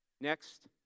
Next